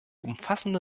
umfassende